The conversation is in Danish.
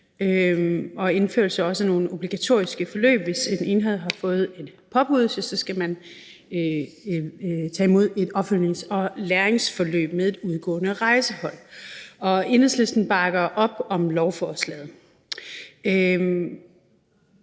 også indførelse af nogle obligatoriske forløb, sådan at hvis en enhed har fået et påbud, skal man tage imod et opfølgnings- og læringsforløb med et udgående rejsehold. Enhedslisten bakker op om lovforslaget.